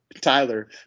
Tyler